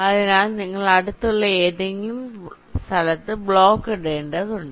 അതിനാൽ നിങ്ങൾ അടുത്തുള്ള ഏതെങ്കിലും സ്ഥലത്ത് ബ്ലോക്ക് ഇടേണ്ടതുണ്ട്